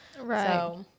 Right